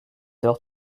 heure